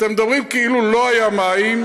אתם מדברים כאילו לא היו מים.